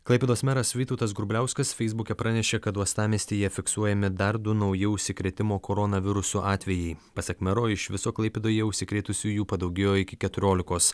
klaipėdos meras vytautas grubliauskas feisbuke pranešė kad uostamiestyje fiksuojami dar du nauji užsikrėtimo koronavirusu atvejai pasak mero iš viso klaipėdoje užsikrėtusiųjų padaugėjo iki keturiolikos